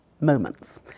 moments